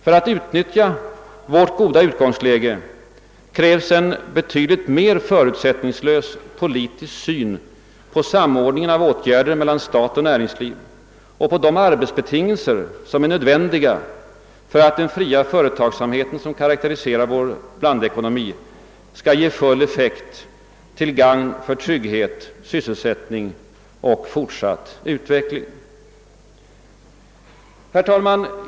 För att utnyttja vårt goda utgångsläge krävs en betydligt mer förutsättningslös politisk syn på samordningen av åtgärder mellan stat och näringsliv och på de arbetsbetingelser som är nödvändiga för att den fria företagsamheten som karakteriserar vår blandekonomi skall ge full effekt till gagn för trygghet, sysselsättning och fortsatt utveckling. Herr talman!